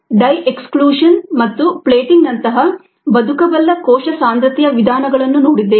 ಮತ್ತು dye exclusion ಮತ್ತು plating ನಂತಹ ಬದುಕಬಲ್ಲ ಕೋಶ ಸಾಂದ್ರತೆಯ ವಿಧಾನಗಳನ್ನು ನೋಡಿದ್ದೇವೆ